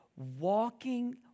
walking